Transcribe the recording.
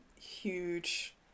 huge